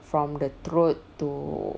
from the throat to